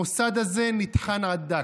המוסד הזה נטחן עד דק.